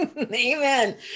Amen